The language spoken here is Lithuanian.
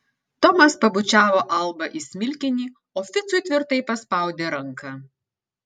tomas pabučiavo albą į smilkinį o ficui tvirtai paspaudė ranką